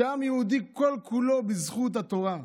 שהעם היהודי כל-כולו בזכות התורה.